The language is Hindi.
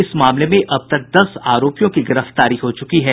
इस मामले में अब तक दस आरोपियों की गिरफ्तारी हो चुकी है